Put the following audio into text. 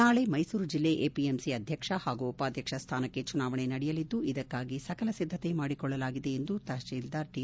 ನಾಳೆ ಮೈಸೂರು ಜಿಲ್ಲೆ ಎಪಿಎಂಸಿ ಅಧ್ಯಕ್ಷ ಹಾಗೂ ಉಪಾಧ್ಯಕ್ಷ ಸ್ಥಾನಕ್ಕೆ ಚುನಾವಣೆ ನಡೆಯಲಿದ್ದುಇದಕ್ಕಾಗಿ ಸಕಲ ಸಿದ್ದತೆ ಮಾಡಿಕೊಳ್ಳಲಾಗಿದೆ ಎಂದು ತಹಸೀಲ್ದಾರ್ ಟಿ